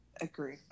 agree